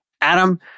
Adam